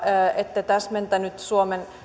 ette täsmentänyt suomen